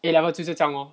A level 就是这样 lor